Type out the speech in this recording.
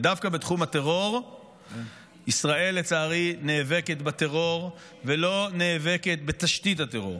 דווקא בתחום הטרור ישראל לצערי נאבקת בטרור ולא נאבקת בתשתית הטרור.